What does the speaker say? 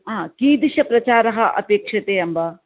हा कीदृशप्रचारः अपेक्ष्यते अम्ब